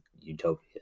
utopia